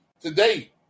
Today